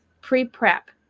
pre-prep